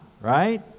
right